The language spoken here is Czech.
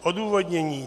Odůvodnění.